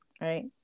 right